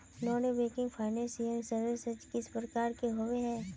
Non banking financial services किस प्रकार के होबे है?